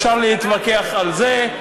אפשר להתווכח על זה.